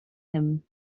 him